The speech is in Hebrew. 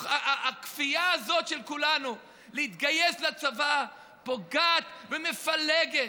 הכפייה הזאת של כולנו להתגייס לצבא פוגעת ומפלגת.